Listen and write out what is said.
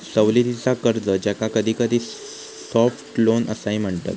सवलतीचा कर्ज, ज्याका कधीकधी सॉफ्ट लोन असाही म्हणतत